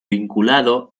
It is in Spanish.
vinculado